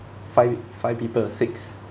five five people six